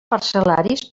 parcel·laris